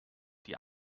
die